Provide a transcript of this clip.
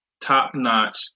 top-notch